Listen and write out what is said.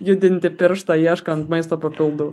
judinti pirštą ieškant maisto papildų